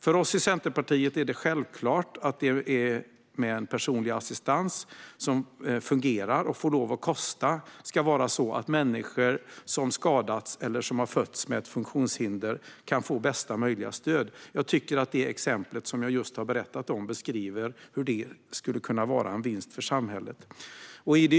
För oss i Centerpartiet är det självklart att det med en personlig assistans som fungerar och får lov att kosta ska vara så att människor som har skadats eller fötts med ett funktionshinder får bästa möjliga stöd. Jag tycker att det exempel jag just berättat om beskriver hur det skulle kunna vara en vinst för samhället.